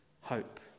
hope